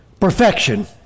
Perfection